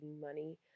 money